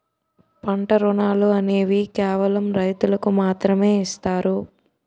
పంట రుణాలు అనేవి కేవలం రైతులకు మాత్రమే ఇస్తారు